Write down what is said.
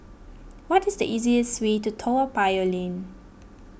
what is the easiest way to Toa Payoh Lane